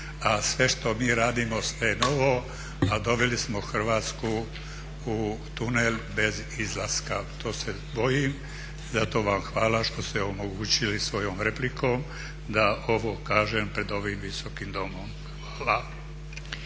a sve što mi radimo … a doveli smo Hrvatsku u tunel bez izlaska. To se bojim i zato vam hvala što ste omogućili svojom replikom da ovo kažem pred ovim visokim domom. Hvala.